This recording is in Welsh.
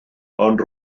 ond